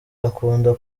akunda